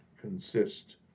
consist